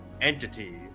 entity